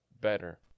better